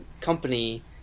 company